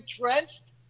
drenched